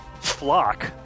flock